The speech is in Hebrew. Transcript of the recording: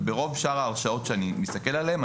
ברוב ההרשעות שאני מסתכל עליהן,